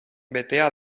betea